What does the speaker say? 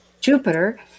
Jupiter